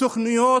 תוכניות